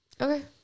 Okay